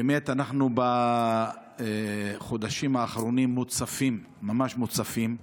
באמת אנחנו בחודשים האחרונים מוצפים, ממש מוצפים,